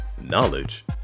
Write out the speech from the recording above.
knowledge